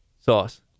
sauce